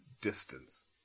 distance